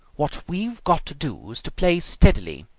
what we've got to do is to play steadily,